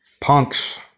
punks